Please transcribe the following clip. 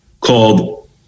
called